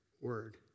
word